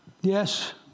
Yes